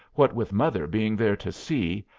what with mother being there to see,